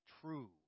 true